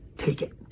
take it.